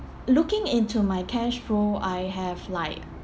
looking into my cashflow I have like